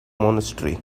monastery